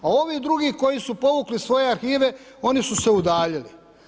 A ovi drugi, koji su povukli svoje arhive, oni su se udaljili.